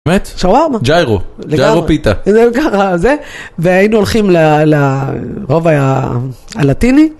‫אמת? ‫-שווארמה, ג'יירו, ג'יירו פיתה, זהו ככה, זה. ‫והיינו הולכים לרובע הלטיני.